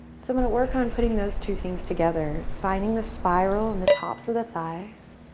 so i'm going to work on putting those two things together finding the spiral and the tops of the thighs,